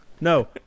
No